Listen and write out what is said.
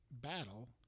battle